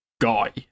guy